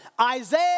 Isaiah